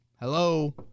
hello